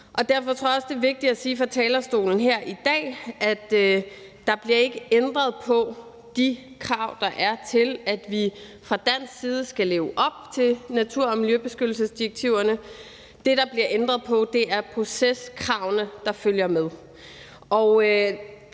derfor tror jeg også, det er vigtigt at sige her fra talerstolen i dag, at der ikke bliver ændret på de krav, der er til, at vi fra dansk side skal leve op til natur- og miljøbeskyttelsesdirektiverne, men at det, der bliver ændret på, er de proceskrav, der følger med,